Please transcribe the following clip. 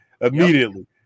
immediately